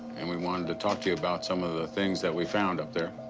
and we wanted to talk to you about some of the things that we found up there.